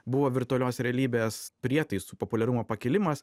buvo virtualios realybės prietaisų populiarumo pakilimas